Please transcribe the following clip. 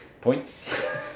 points